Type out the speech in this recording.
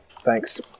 Thanks